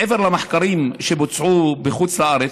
מעבר למחקרים שבוצעו בחוץ-לארץ,